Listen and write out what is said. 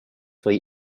või